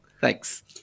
thanks